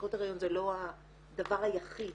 הפסקות הריון זה לא הדבר היחיד